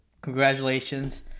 Congratulations